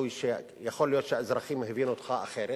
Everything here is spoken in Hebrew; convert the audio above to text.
יכול להיות שהאזרחים הבינו אותך אחרת,